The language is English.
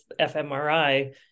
fMRI